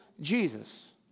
Jesus